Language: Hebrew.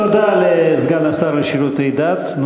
תודה לסגן השר לשירותי דת.